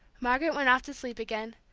margaret went off to sleep again,